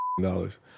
dollars